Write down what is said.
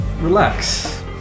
relax